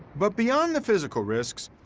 but beyond the physical risks,